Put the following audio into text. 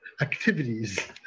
activities